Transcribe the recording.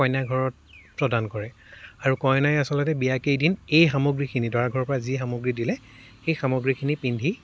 কইনা ঘৰত প্ৰদান কৰে আৰু কইনাই আচলতে বিয়াৰ কেইদিন এই সামগ্ৰীখিনি দৰা ঘৰৰ পৰা যি সামগ্ৰী দিলে সেই সামগ্ৰীখিনি পিন্ধি